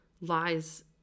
lies